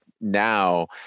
now